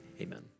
amen